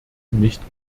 nicht